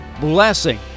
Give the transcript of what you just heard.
blessing